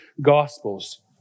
Gospels